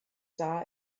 star